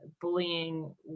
bullying